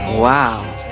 Wow